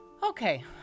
Okay